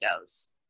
goes